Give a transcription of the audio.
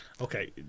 Okay